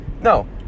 no